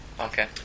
Okay